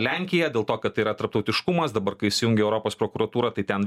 lenkija dėl to kad yra tarptautiškumas dabar kai įsijungia europos prokuratūrą tai ten